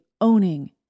owning